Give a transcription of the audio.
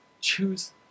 choose